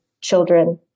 children